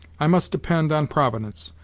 i must depend on providence,